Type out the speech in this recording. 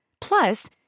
Plus